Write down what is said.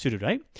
right